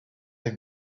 have